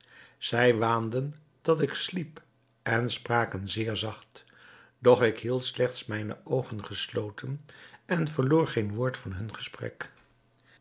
zij waanden dat ik sliep en spraken zeer zacht doch ik hield slechts mijne oogen gesloten en verloor geen woord van hun gesprek